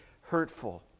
hurtful